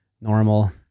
normal